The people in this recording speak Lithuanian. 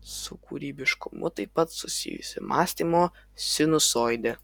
su kūrybiškumu taip pat susijusi mąstymo sinusoidė